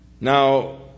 Now